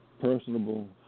personable